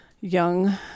young